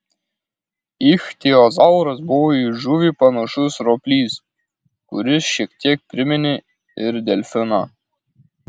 ichtiozauras buvo į žuvį panašus roplys kuris šiek tiek priminė ir delfiną